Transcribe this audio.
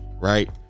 right